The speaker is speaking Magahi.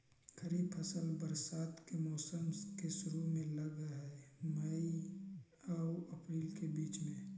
खरीफ फसल बरसात के मौसम के शुरु में लग हे, मई आऊ अपरील के बीच में